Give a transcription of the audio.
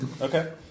Okay